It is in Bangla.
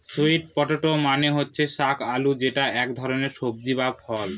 স্যুইট পটেটো মানে হচ্ছে শাক আলু যেটা এক ধরনের সবজি বা ফল